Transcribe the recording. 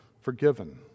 forgiven